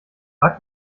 sag